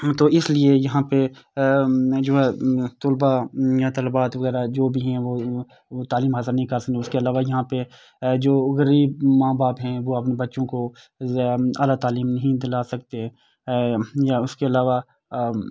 تو اس لیے یہاں پہ جو ہے طلبہ یا طالبات وغیرہ جو بھی ہیں وہ وہ تعلیم حاصل نہیں کر اس کے علاوہ یہاں پہ جو غریب ماں باپ ہیں وہ اپنے بچوں کو اعلیٰ تعلیم نہیں دلا سکتے یا اس کے علاوہ